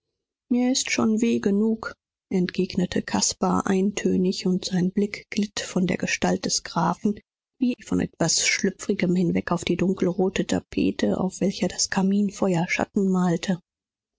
mir ist schon weh genug entgegnete caspar eintönig und sein blick glitt von der gestalt des grafen wie von etwas schlüpfrigem hinweg auf die dunkelrote tapete auf welcher das kaminfeuer schatten malte